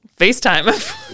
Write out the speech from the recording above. FaceTime